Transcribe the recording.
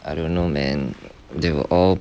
I don't know man they were all